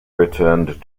returned